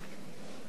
מכובדי,